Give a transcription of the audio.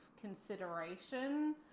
consideration